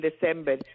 December